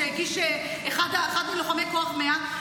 שהגיש אחד מלוחמי כוח מאה,